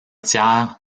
tiers